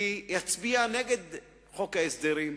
אני אצביע נגד חוק ההסדרים,